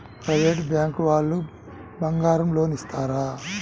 Private bank వాళ్ళు బంగారం loan ఇస్తారా?